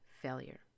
failure